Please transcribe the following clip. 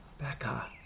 Becca